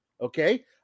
Okay